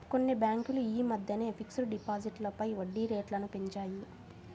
కొన్ని బ్యేంకులు యీ మద్దెనే ఫిక్స్డ్ డిపాజిట్లపై వడ్డీరేట్లను పెంచాయి